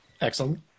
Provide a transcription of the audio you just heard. Excellent